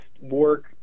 work